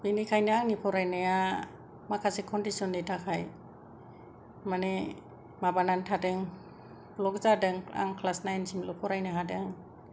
बेनिखायनो आंनि फरायनाया माखासे कन्डिशननि थाखाय माने माबानानै थादों ब्ल'क जादों आं क्लास नाइनसिमल' फरायनो हादों